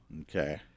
Okay